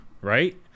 right